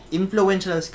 influential